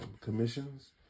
commissions